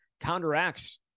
counteracts